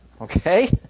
Okay